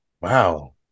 Wow